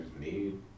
need